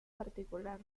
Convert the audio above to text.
particular